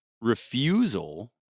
refusal